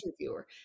interviewer